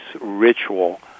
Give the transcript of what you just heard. ritual